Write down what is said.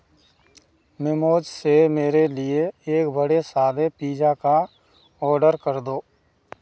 memos से मेरे लिए एक बड़े सादा पिज़ा का ऑर्डर कर दो